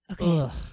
Okay